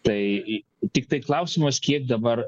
tai tiktai klausimas kiek dabar